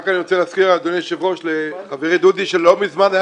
אני רוצה להזכיר לחברי דודי שלא מזמן היה